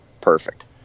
Perfect